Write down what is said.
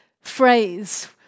phrase